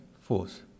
force